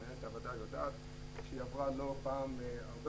מנהלת הוועדה יודעת שהיא עברה לא פעם הרבה